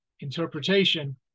interpretation